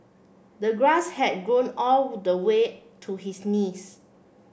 the grass had grown all the way to his knees